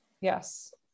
Yes